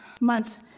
months